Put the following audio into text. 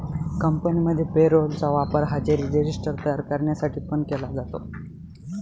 कंपनीमध्ये payroll चा वापर हजेरी रजिस्टर तयार करण्यासाठी पण केला जातो